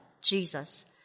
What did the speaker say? Jesus